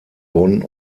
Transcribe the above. bonn